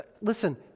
Listen